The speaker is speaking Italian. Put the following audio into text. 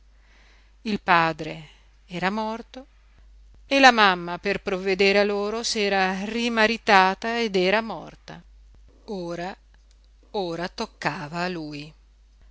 il padre era morto e la mamma per provvedere a loro si era rimaritata ed era morta ora ora toccava a lui